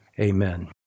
Amen